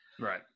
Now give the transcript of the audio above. Right